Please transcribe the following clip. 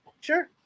Sure